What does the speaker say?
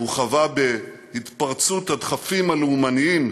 הוא חווה את התפרצות הדחפים הלאומניים